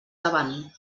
davant